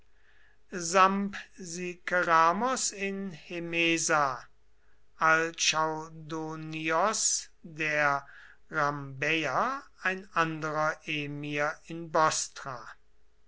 sampsikeramos in hemesa alchaudonios der rhambäer ein anderer emir in